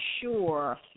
sure